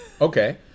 okay